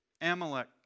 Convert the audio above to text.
Amalek